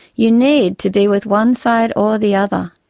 you need to be with one side or the other,